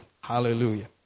Hallelujah